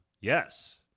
Yes